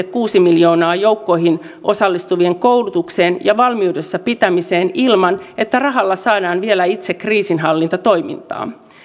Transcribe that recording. kuusi miljoonaa joukkoihin osallistuvien koulutukseen ja valmiudessa pitämiseen ilman että rahalla saadaan vielä itse kriisinhallintatoimintaa